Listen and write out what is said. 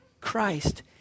Christ